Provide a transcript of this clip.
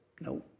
No